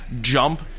jump